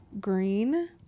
green